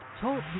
Talk